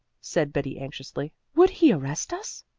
said betty anxiously. would he arrest us?